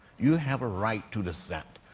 you have a right to dissent.